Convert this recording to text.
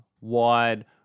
wide